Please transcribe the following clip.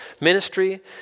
ministry